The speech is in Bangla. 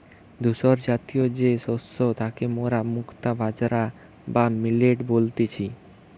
ধূসরজাতীয় যে শস্য তাকে মোরা মুক্তা বাজরা বা মিলেট বলতেছি